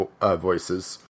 voices